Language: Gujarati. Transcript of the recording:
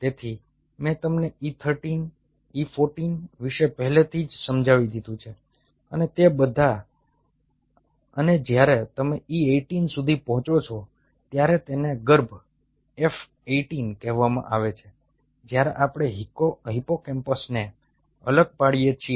તેથી મેં તમને E 13 E 14 વિશે પહેલેથી જ સમજાવી દીધું છે અને તે બધા અને જ્યારે તમે E 18 સુધી પહોંચો છો ત્યારે તેને ગર્ભ F 18 કહેવામાં આવે છે જ્યારે આપણે હિપ્પોકેમ્પસને અલગ પાડીએ છીએ